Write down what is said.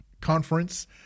Conference